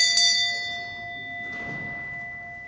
Hvad er det